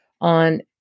on